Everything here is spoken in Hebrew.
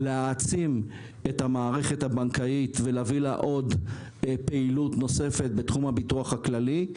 להעצים את המערכת הבנקאית ולהביא לה פעילות נוספת בתחום הביטוח הכלכלי,